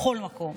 בכל מקום,